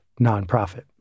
nonprofit